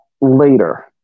later